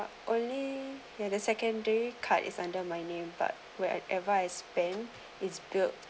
only ya the secondary card is under my name but where I advise band is built